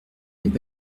n’est